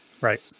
Right